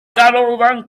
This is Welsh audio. ganolfan